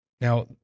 Now